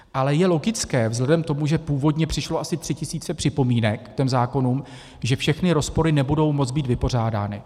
Ale je logické, vzhledem k tomu, že původně přišlo asi tři tisíce připomínek k těm zákonům, že všechny rozpory nebudou moc být vypořádány.